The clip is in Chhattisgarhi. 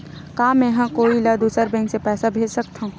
का मेंहा कोई ला दूसर बैंक से पैसा भेज सकथव?